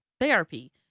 therapy